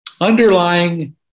underlying